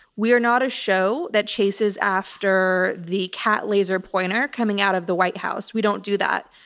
we are not a show that chases after the cat laser pointer coming out of the white house. we don't do that.